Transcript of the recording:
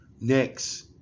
next